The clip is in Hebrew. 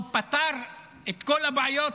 הוא פתר את כל הבעיות